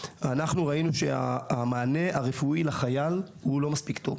ראינו שהמענה הרפואי לחייל לא מספיק טוב.